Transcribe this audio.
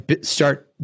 start